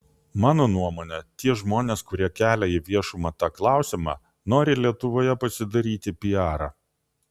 mano nuomone tie žmonės kurie kelia į viešumą tą klausimą nori lietuvoje pasidaryti piarą